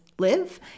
live